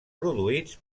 produïts